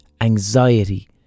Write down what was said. anxiety